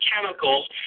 chemicals